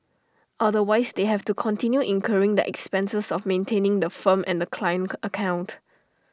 otherwise they have to continue incurring the expenses of maintaining the firm and the client account